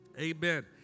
Amen